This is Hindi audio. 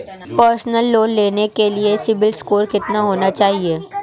पर्सनल लोंन लेने के लिए सिबिल स्कोर कितना होना चाहिए?